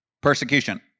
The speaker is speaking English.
persecution